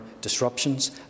disruptions